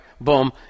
Boom